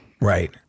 right